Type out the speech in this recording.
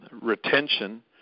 retention